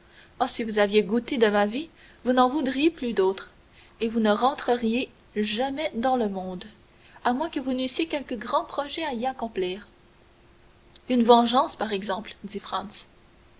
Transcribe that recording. si vous aviez goûté de ma vie vous n'en voudriez plus d'autre et vous ne rentreriez jamais dans le monde à moins que vous n'eussiez quelque grand projet à y accomplir une vengeance par exemple dit